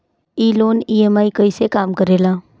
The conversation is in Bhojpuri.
ई लोन ई.एम.आई कईसे काम करेला?